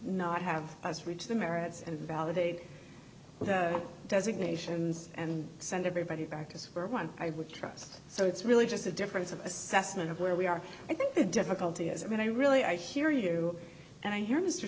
not have as reach the merits and validate designations and send everybody back to square one i would trust so it's really just a difference of assessment of where we are i think the difficulty is and i really i hear you and i hear mr